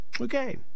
Okay